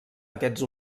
aquests